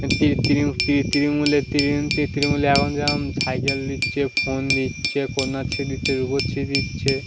তৃণমূলে এখন যেমন সাইকেল দিচ্ছে ফোন দিচ্ছে কন্যাশ্রী দিচ্ছে রূপশ্রী দিচ্ছে